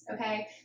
okay